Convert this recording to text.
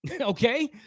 okay